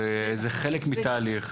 שזה חלק מתהליך.